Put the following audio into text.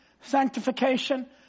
Sanctification